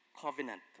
covenant